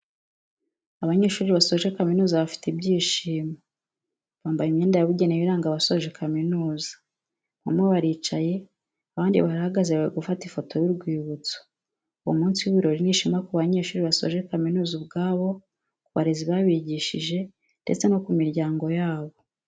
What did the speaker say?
Abanyeshuri basoje kaminuza bafite ibyishimo, bambaye imyenda yabugenewe iranga abasoje kaminuza, bamwe baricaye abandi barahagaze bari gufata ifoto y'urwibutso, uwo munsi w'ibirori ni ishema ku banyeshuri basoje kaminuza ubwabo, ku barezi babigishije ndetse no ku miryango yabo.